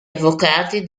avvocati